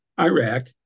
Iraq